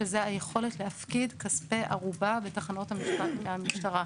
זאת היכולת להפקיד כספי ערובה בתחנות המשטרה.